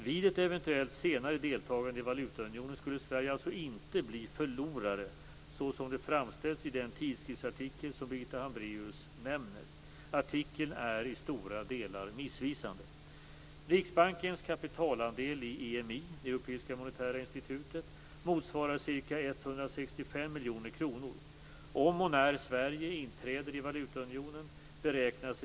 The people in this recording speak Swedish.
Vid ett eventuellt senare deltagande i valutaunionen skulle Sverige alltså inte bli "en förlorare" så som det framställts i den tidskriftsartikel som Birgitta Hambraeus nämner. Artikeln är i stora delar missvisande.